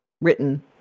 written